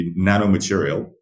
nanomaterial